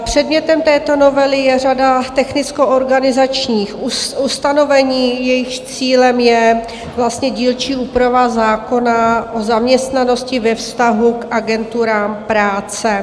Předmětem této novely je řada technickoorganizačních ustanovení, jejichž cílem je vlastně dílčí úprava zákona o zaměstnanosti ve vztahu k agenturám práce.